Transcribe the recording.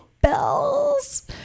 bells